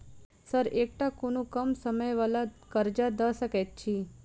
Sir एकटा कोनो कम समय वला कर्जा दऽ सकै छी?